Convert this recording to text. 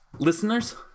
Listeners